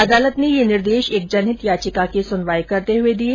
अदालत ने यह निर्देश एक जनहित याचिका की सुनवाई करते हुए दिये